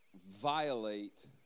violate